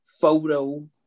photo